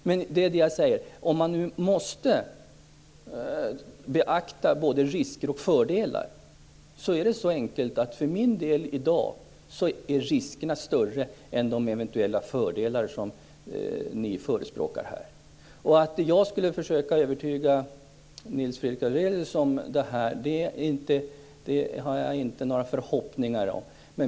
Vad jag säger är följande: Om man måste beakta både risker och fördelar är, så ter det sig för min del, riskerna större än de eventuella fördelar som ni här förespråkar. Att jag skulle kunna övertyga Nils Fredrik Aurelius har jag inga förhoppningar om.